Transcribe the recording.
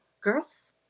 Girls